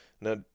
now